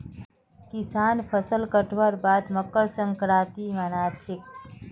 किसान फसल कटवार बाद मकर संक्रांति मना छेक